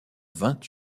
vingt